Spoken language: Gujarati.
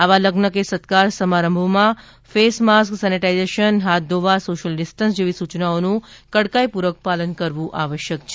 આવા લગ્ન કે સત્કાર સમારંભોમાં ફેસમાક્સ સેનિટાઇઝેશન હાથ ધોવા સોશિયલ ડિસ્ટીન્સિંગ જેવી સૂચનાઓનું કડકાઇપૂર્વક પાલન કરવું આવશ્યક છે